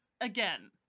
again